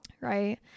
Right